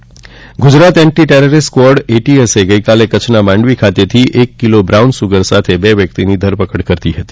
Kutch brown sugar Gujarat anti terrorist squad એટીએસએ ગઈકાલે કચ્છના માંડવી ખાતેથી એક કિલો બ્રાઉન સુગર સાથે બે વ્યક્તિની ધરપકડ કરી હતી